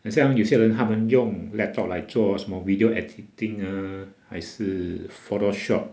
很像有些人他们用 laptop 来做什么 video editing ah 还是 photoshop